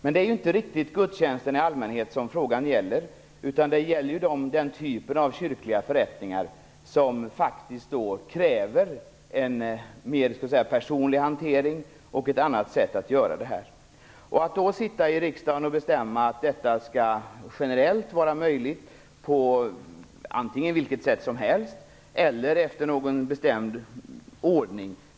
Men det är ju inte riktigt gudstjänsterna i allmänhet som frågan gäller, utan det som avses är den typ av kyrkliga förrättningar som faktiskt kräver en mer personlig hantering och ett annat tillvägagångssätt. Det är då inte så där alldeles förfärligt enkelt att här i riksdagen bestämma att detta generellt skall vara möjligt, antingen på vilket sätt som helst eller efter någon bestämd ordning.